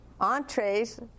entrees